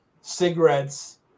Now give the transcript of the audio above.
cigarettes